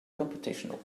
computational